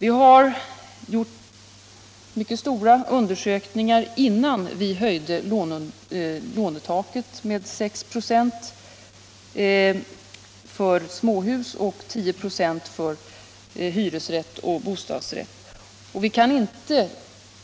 Vi har gjort mycket stora undersökningar innan vi höjde lånetaket med 6 96 för egnahem och 10 926 för hyresrättsoch bostadsrättshus. Vi kan inte